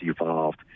evolved